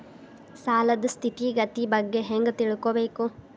ಸಾಲದ್ ಸ್ಥಿತಿಗತಿ ಬಗ್ಗೆ ಹೆಂಗ್ ತಿಳ್ಕೊಬೇಕು?